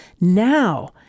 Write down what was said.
now